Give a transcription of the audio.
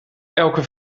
elke